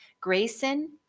Grayson